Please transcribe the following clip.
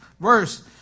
verse